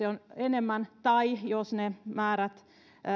on enemmän tai jos ne määrät